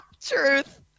Truth